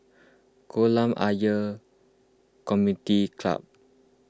Kolam Ayer Community Club